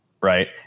Right